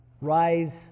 rise